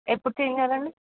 ఎప్పుడు చేంజ్ చేయలండి